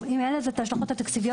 אם אין לזה השלכות תקציביות,